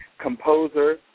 composer